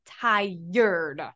tired